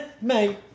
Mate